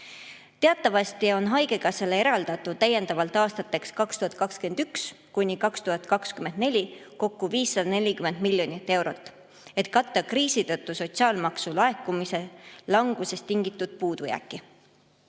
Teatavasti on haigekassale eraldatud täiendavalt aastateks 2021–2024 kokku 540 miljonit eurot, et katta kriisi tõttu sotsiaalmaksu laekumise langusest tingitud puudujääki.